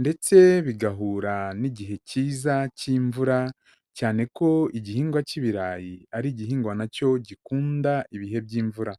ndetse bigahura n'igihe cyiza cy'imvura, cyane ko igihingwa cy'ibirayi ari igihingwa na cyo gikunda ibihe by'imvura.